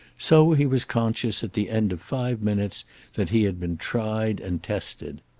so he was conscious at the end of five minutes that he had been tried and tested.